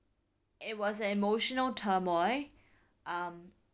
it was an emotional turmoil um